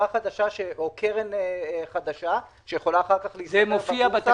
על קרן חדשה שיכולה אחר כך להיסחר בבורסה.